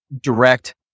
direct